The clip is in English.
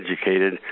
educated